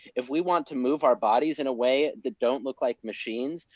if we want to move our bodies in a way that don't look like machines,